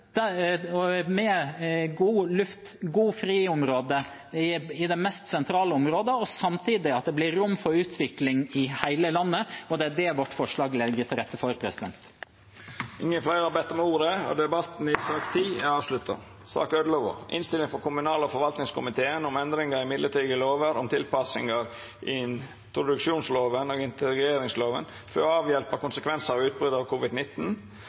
med god luft og gode friområder i de mest sentrale områdene, og at det samtidig blir rom for utvikling i hele landet. Det er det vårt forslag legger til rette for. Fleire har ikkje bedt om ordet til sak nr. 10. Etter ynske frå kommunal- og forvaltingskomiteen vil presidenten ordna debatten slik: 3 minutt til kvar partigruppe og